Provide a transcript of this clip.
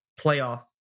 playoff